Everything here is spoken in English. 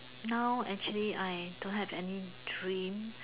now actually I don't have any dream